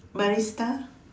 barista